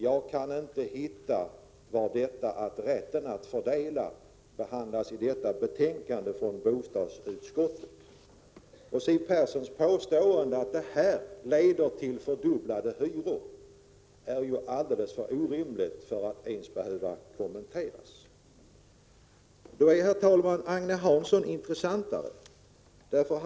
Jag kan inte se var rätten att fördela behandlas i detta betänkande från bostadsutskottet. Siw Perssons påstående att åtgärden generellt skulle leda till fördubblade hyror är alldeles för orimligt för att ens behöva kommenteras. Då är, herr talman, Agne Hanssons inlägg intressantare.